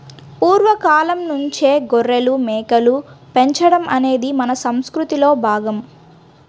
పూర్వ కాలంనుంచే గొర్రెలు, మేకలు పెంచడం అనేది మన సంసృతిలో భాగం